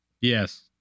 Yes